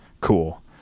cool